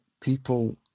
people